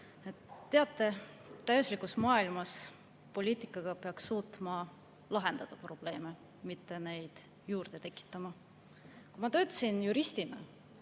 Teate, täiuslikus maailmas peaks poliitikaga suutma lahendada probleeme, mitte neid juurde tekitama. Kui ma töötasin juristina